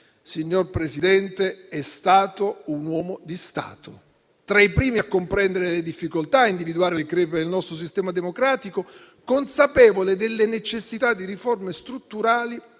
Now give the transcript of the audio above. signor Presidente, è stato un uomo di Stato, tra i primi a comprendere le difficoltà, a individuare le crepe nel nostro sistema democratico, consapevole della necessità di riforme strutturali